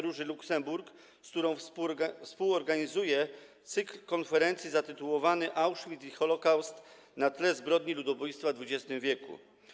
Róży Luksemburg, z którą współorganizuje cykl konferencji zatytułowany „Auschwitz i Holokaust na tle zbrodni ludobójstwa w XX wieku”